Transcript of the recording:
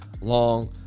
long